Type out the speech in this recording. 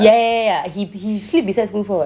ya ya ya ya he sleep beside school four [what]